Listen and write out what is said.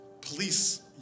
police